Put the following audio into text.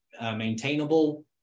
Maintainable